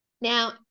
Now